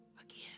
again